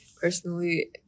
personally